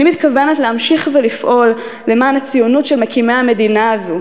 אני מתכוונת להמשיך ולפעול למען הציונות של מקימי המדינה הזו,